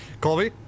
Colby